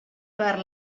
per